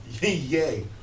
Yay